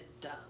dumb